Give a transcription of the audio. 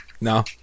No